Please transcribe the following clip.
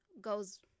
goes